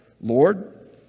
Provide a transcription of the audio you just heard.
Lord